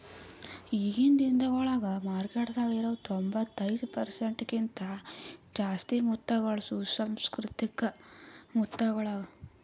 ಈಗಿನ್ ದಿನಗೊಳ್ದಾಗ್ ಮಾರ್ಕೆಟದಾಗ್ ಇರವು ತೊಂಬತ್ತೈದು ಪರ್ಸೆಂಟ್ ಕಿಂತ ಜಾಸ್ತಿ ಮುತ್ತಗೊಳ್ ಸುಸಂಸ್ಕೃತಿಕ ಮುತ್ತಗೊಳ್ ಅವಾ